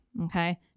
okay